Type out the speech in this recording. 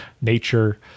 nature